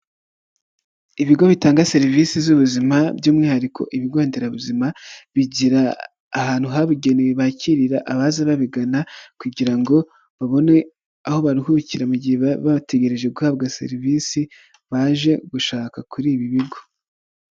Ibigo bitanga serivisi z'ubuzima by'umwihariko ibigo nderabuzima, bigira ahantu habugenewe bakirira abaza babigana kugira ngo babone aho baruhukira mu gihe bategereje guhabwa serivisi baje gushaka kuri ibi bigo.